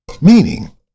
Meaning